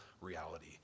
reality